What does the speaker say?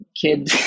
kid